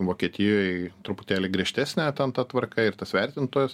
vokietijoj truputėlį griežtesnė ta tvarka ir tas vertintojas